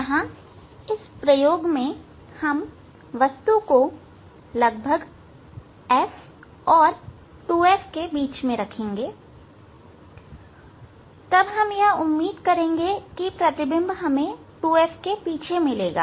यहां इस प्रयोग में हम वस्तु को लगभग F और 2F के बीच में रखेंगे तब हम यह उम्मीद करेंगे कि प्रतिबिंब हमें 2F के पीछे मिलेगा